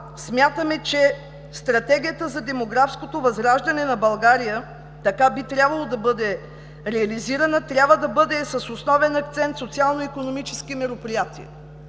смятаме, че стратегията за демографското възраждане на България – така би трябвало да бъде реализирана, трябва да бъде с основен акцент „Социално-икономически мероприятия”.